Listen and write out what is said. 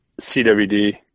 CWD